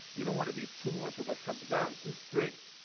you don't want to be too much of a kapdan too strict,